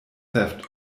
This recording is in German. theft